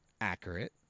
accurate